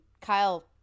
Kyle